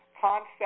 concept